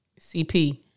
CP